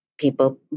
People